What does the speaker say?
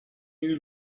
new